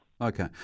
Okay